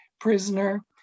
prisoner